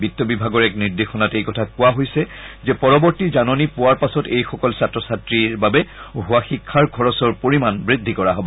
বিত্ত বিভাগৰ এক নিৰ্দেশনাত এই কথা কোৱা হৈছে যে পৰবৰ্তী জাননী পোৱাৰ পাছত এইসকল ছাত্ৰ ছাত্ৰী বাবে হোৱা শিক্ষাৰ খৰচৰ পৰিমাণ বৃদ্ধি কৰা হব